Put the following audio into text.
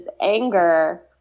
anger